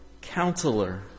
Counselor